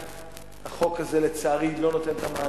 החוק הזה לא נותן את המענה.